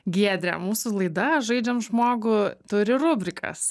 giedre mūsų laida žaidžiam žmogų turi rubrikas